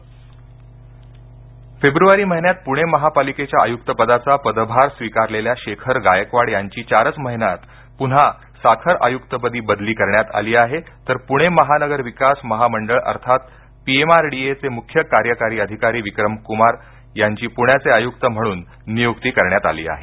बदली फेब्रुवारी महिन्यात पूणे महापालिकेच्या आयुक्त पदाचा पदभार स्वीकारलेल्या शेखर गायकवाड यांची चारच महिन्यात पुन्हा साखर आयुक्तपदी बदली करण्यात आली आहे तर प्णे महानगर विकास महामंडळ अर्थात पीएमआरडीएचे मुख्य कार्यकारी अधिकारी विक्रम क्मार यांची प्ण्याचे आयुक्त म्हणून नियुक्ती करण्यात आली आहे